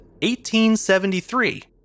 1873